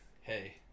hey